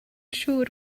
siŵr